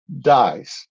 dies